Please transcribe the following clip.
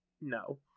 no